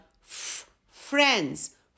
friends